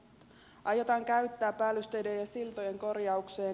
se aiotaan käyttää päällysteiden ja siltojen korjaukseen